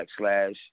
backslash